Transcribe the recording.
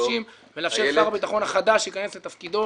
חודשים ולאפשר לשר הביטחון החדש שייכנס לתפקידו